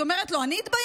היא אומרת לו: אני אתבייש?